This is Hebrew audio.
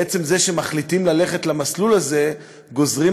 בעצם זה שהם מחליטים ללכת למסלול הזה גוזרים